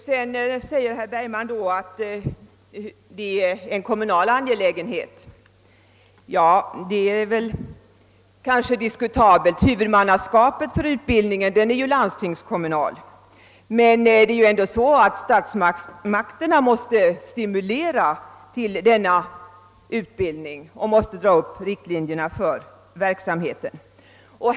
Herr Bergman sade att detta är en kommunal angelägenhet. Ja, det är väl diskutabelt. Landstinget är visserligen huvudman för denna utbildning, men statsmakterna måste stimulera till den och dra upp riktlinjerna för verksamheten.